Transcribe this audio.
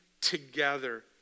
together